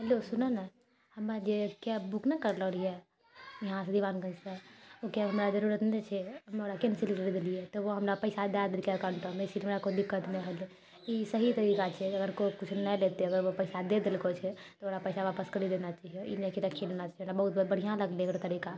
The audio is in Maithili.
हेलो सुनऽ नऽ हमे जे कैब बुक नहि करलो रहिऐ यहाँ सँ दीवानगञ्जसँ ओ कैब हमरा जरुरत नहि छै हम ओकरा कैंसिल करि देलिऐ तऽ ओ हमरा पैसा दए देलकै एकाउंटमे हमरा कोइ दिक्कत नहि होलए ई सही तरीका छै अगर कोइ किछु नहि लेतै तऽ पैसा दे देलको छै तऽ ओकरा पैसा वापस करी देना चाही ई नहि कि रखी लेना चाही बहुत बढ़िआँ लागलै ओकर तरीका